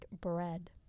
bread